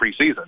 preseason